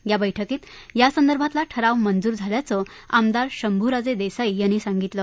या बैठकीत यासंदर्भातला ठराव मंजूर झाल्याचं आमदार शंभूराजे देसाई यांनी सांगितलं